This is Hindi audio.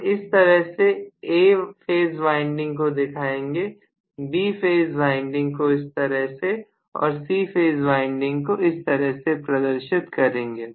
हम इस तरह से A फेज वाइंडिंग को दिखाएंगे B फेज वाइंडिंग को इस तरह से और C फेज वाइंडिंग को इस तरह से प्रदर्शित करेंगे